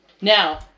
Now